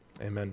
Amen